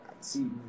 see